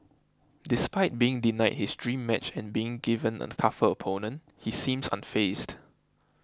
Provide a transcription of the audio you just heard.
despite being denied his dream match and being given a tougher opponent he seems unfazed